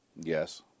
Yes